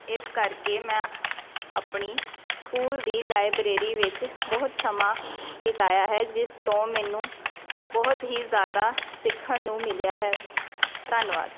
ਇਸ ਕਰਕੇ ਮੈਂ ਆਪਣੀ ਸਕੂਲ ਦੀ ਲਾਇਬ੍ਰੇਰੀ ਵਿੱਚ ਬਹੁਤ ਸਮਾਂ ਬਿਤਾਇਆ ਹੈ ਜਿਸ ਤੋਂ ਮੈਨੂੰ ਬਹੁਤ ਹੀ ਜ਼ਿਆਦਾ ਸਿੱਖਣ ਨੂੰ ਮਿਲਿਆ ਹੈ ਧੰਨਵਾਦ